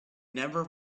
never